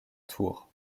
tour